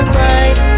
light